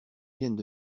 viennent